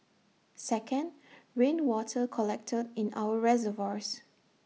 second rainwater collected in our reservoirs